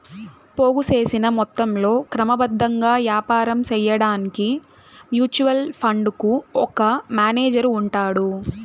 పోగు సేసిన మొత్తంలో క్రమబద్ధంగా యాపారం సేయడాన్కి మ్యూచువల్ ఫండుకు ఒక మేనేజరు ఉంటాడు